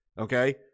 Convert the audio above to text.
Okay